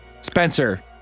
Spencer